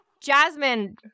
Jasmine